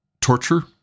torture